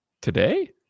Today